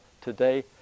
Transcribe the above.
today